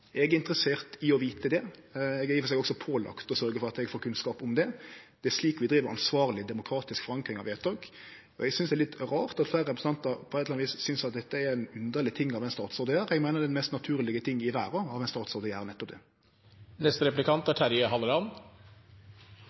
Eg er interessert i å vite det. Eg er i og for seg også pålagd å sørgje for at eg får kunnskap om det. Det er slik vi driv ansvarleg demokratisk forankring av vedtak. Og eg synest det er litt rart at fleire representantar på eit eller anna vis synest dette er ein underleg ting å gjere av ein statsråd, eg meiner det er den mest naturlege ting i verda for ein statsråd å gjere nettopp